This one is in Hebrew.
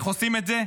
איך עושים את זה?